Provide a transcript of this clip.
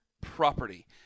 property